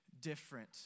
different